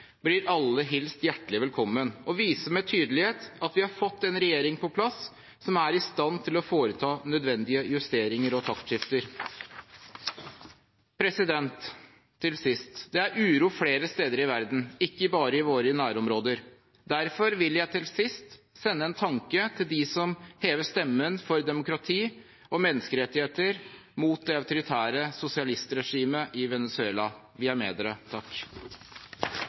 blir alle hilst hjertelig velkommen og viser med tydelighet at vi har fått på plass en regjering som er i stand til å foreta nødvendige justeringer og taktskifter. Til sist: Det er uro flere steder i verden, ikke bare i våre nærområder. Derfor vil jeg til sist sende en tanke til dem som hever stemmen for demokrati og menneskerettigheter, mot det autoritære sosialistregimet i Venezuela. Vi er